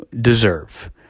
deserve